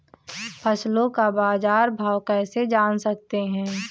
फसलों का बाज़ार भाव कैसे जान सकते हैं?